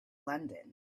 london